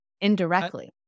Indirectly